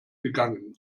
gegangen